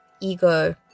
ego